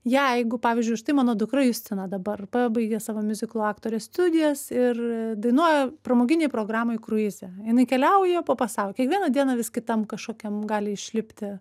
jeigu pavyzdžiui štai mano dukra justina dabar pabaigė savo miuziklo aktorės studijas ir dainuoja pramoginėj programoj kruize jinai keliauja po pasaulį kiekvieną dieną vis kitam kažkokiam gali išlipti